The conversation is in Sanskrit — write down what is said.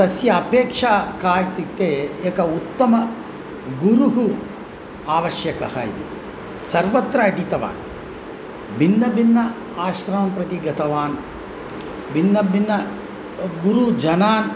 तस्य अपेक्षा का इत्युक्ते एकः उत्तमः गुरुः आवश्यकः इति सर्वत्र अटितवान् भिन्न भिन्न आश्रमं प्रति गतवान् भिन्न भिन्न गुरुजनान्